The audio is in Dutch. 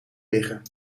liggen